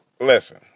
listen